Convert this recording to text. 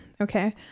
okay